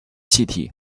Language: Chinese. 气体